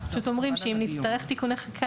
אנחנו פשוט אומרים שאם נצטרך תיקוני חקיקה,